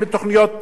לא המיתאר,